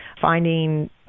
finding